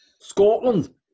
scotland